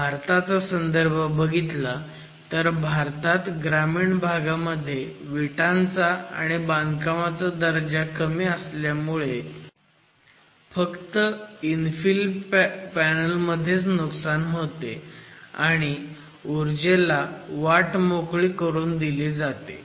भारताचा संदर्भ बघितला तर भारतात ग्रामीण भागामध्ये विटांचा आणि बांधकामाचा दर्जा कमी असल्यामुळे फक्त इन्फिल पॅनल मध्येच नुकसान होते आणि उर्जेला वाट मोकळी करून दिली जाते